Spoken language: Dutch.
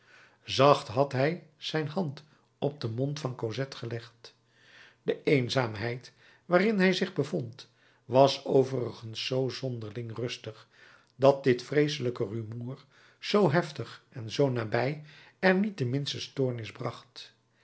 zacht had hij zijn hand op den mond van cosette gelegd de eenzaamheid waarin hij zich bevond was overigens zoo zonderling rustig dat dit vreeselijke rumoer zoo heftig en zoo nabij er niet de minste stoornis bracht